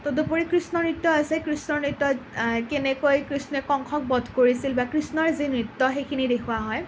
তদুপৰি কৃষ্ণ নৃত্য আছে কৃষ্ণৰ নৃত্যত কেনেকৈ কৃষ্ণই কংসক বধ কৰিছিল বা কৃষ্ণৰ যি নৃত্য সেইখিনি দেখুওৱা হয়